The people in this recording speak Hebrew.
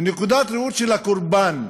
מנקודת הראות של הקורבן,